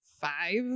five